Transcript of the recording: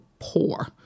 poor